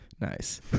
Nice